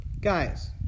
Guys